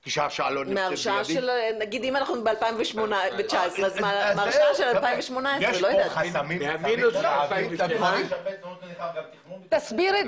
אם אנחנו ב-2019 אז מההרשאה של 2018. ------ תסביר את זה.